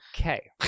Okay